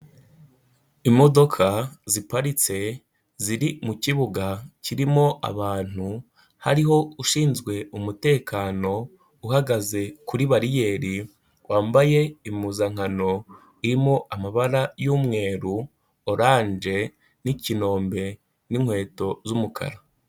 Imodoka ziparitse ziri mu kibuga kirimo abantu, hariho ushinzwe umutekano uhagaze kuri bariyeri wambaye impuzankano irimo amabara y'umweru, oranje n'ikinombe n'inkweto z'umukara.